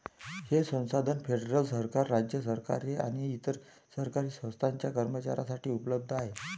हे संसाधन फेडरल सरकार, राज्य सरकारे आणि इतर सरकारी संस्थांच्या कर्मचाऱ्यांसाठी उपलब्ध आहे